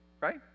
Right